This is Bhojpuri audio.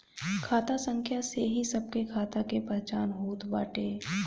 खाता संख्या से ही सबके खाता के पहचान होत बाटे